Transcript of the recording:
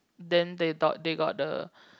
then they thought they got the